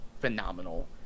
phenomenal